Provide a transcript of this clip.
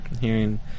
hearing